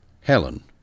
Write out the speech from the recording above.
Helen